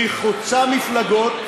היא חוצה מפלגות.